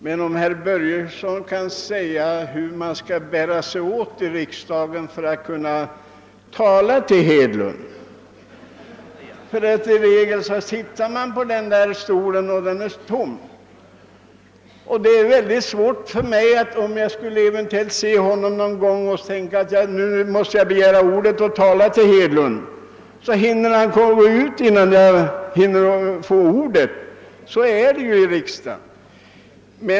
Men kan herr Börjesson säga, hur man skall bära sig åt i riksdagen för att kunna få tala till herr Hedlund? I regel finner man att hans stol här i kammaren är tom. Om jag eventuellt skulle se honom någon gång och tänka att jag då måste begära ordet för att tala till herr Hedlund, så hinner han gå ut, innan jag hinner få ordet. Så är det ju i riksdagen.